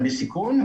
בסיכון.